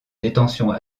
détention